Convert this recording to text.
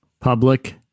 Public